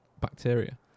bacteria